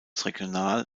regional